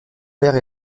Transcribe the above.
père